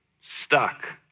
stuck